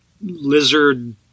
lizard